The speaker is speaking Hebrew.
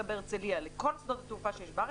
בהרצליה לכל שדות התעופה שיש בארץ,